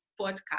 podcast